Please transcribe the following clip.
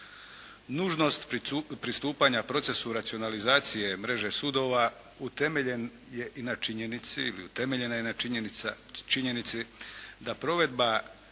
Nužnost pristupanja procesu racionalizacije mreže sudova utemeljen je i na činjenici ili utemeljena